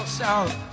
south